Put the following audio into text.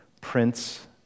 Prince